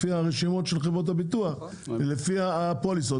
לפי הרשימות של חברות הביטוח ולפי הפוליסות.